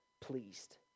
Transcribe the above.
pleased